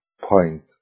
point